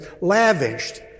Lavished